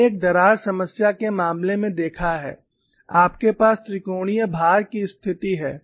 हमने एक दरार समस्या के मामले में देखा है आपके पास त्रिकोणीय भार की स्थिति है